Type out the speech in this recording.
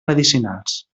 medicinals